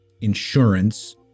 insurance